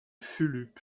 fulup